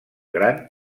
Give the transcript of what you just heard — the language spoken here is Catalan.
gran